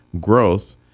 growth